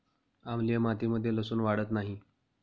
आम्लीय मातीमध्ये लसुन वाढत नाही